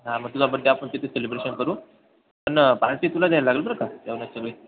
हां मग तुझा बड्डे आपण तिथं सेलिब्रेशन करू पण पार्टी तुला द्यायला लागेल बरं का सगळी